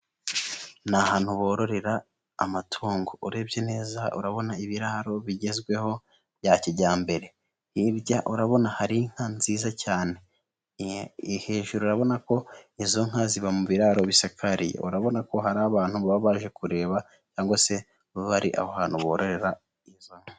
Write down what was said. Ni ahantu bororera amatungo, urebye neza urabona ibiraro bigezweho bya kijyambere, hirya urabona hari inka nziza cyane, hejuru urabona ko izo nka ziba mu biraro bisakariye, urabona ko hari abantu baba baje kureba cyangwa se bari ari ahantu bororera izo nka.